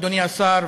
אדוני השר,